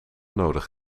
nodig